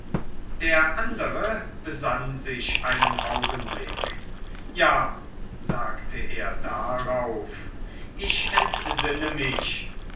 der andere besann sich einen augenblick ja sagte er darauf ich entsinne mich